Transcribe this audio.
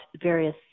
various